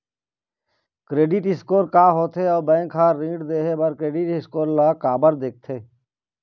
Credit score का होथे अउ बैंक हर ऋण देहे बार क्रेडिट स्कोर ला काबर देखते?